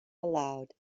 aloud